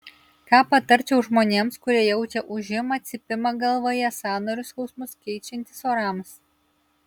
ką patarčiau žmonėms kurie jaučia ūžimą cypimą galvoje sąnarių skausmus keičiantis orams